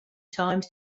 times